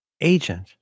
Agent